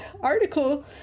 article